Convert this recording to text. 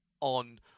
on